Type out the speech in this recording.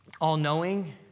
all-knowing